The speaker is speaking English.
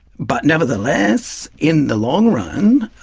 but nevertheless in the long run,